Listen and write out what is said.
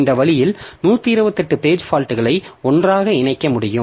இந்த வழியில் 128 பேஜ் பால்ட்களை ஒன்றாக இணைக்க முடியும்